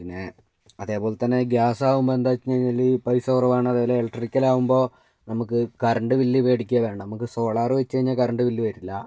പിന്നെ അതേപോലെ തന്നെ ഗ്യാസ് ആവുമ്പം എന്താണെന്ന് വച്ചു കഴിഞ്ഞാൽ പൈസ കുറവാണ് അതേപോലെ ഇലക്ട്രിക്കൽ ആവുമ്പോൾ നമുക്ക് കറണ്ട് ബില്ല് പേടിക്കുകയേ വേണ്ട നമുക്ക് സോളാറ് വച്ചു കഴിഞ്ഞാൽ കറണ്ട് ബില്ല് വരില്ല